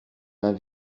mains